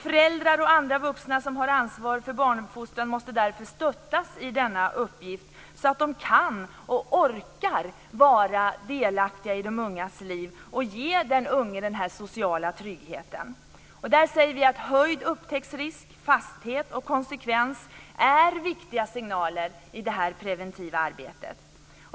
Föräldrar och andra vuxna som har ansvar för barnuppfostran måste därför stöttas i denna uppgift så att de kan och orkar vara delaktiga i de ungas liv och ge dem social trygghet. Vi säger att höjd upptäcktsrisk, fasthet och konsekvens är viktiga signaler i det preventiva arbetet.